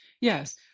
Yes